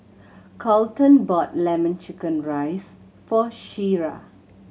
Colten brought Lemon Chicken rice for Shira